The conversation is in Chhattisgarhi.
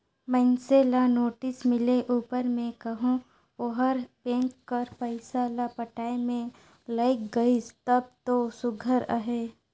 मइनसे ल नोटिस मिले उपर में कहो ओहर बेंक कर पइसा ल पटाए में लइग गइस तब दो सुग्घर अहे